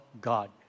God